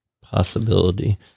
Possibility